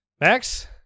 max